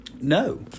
no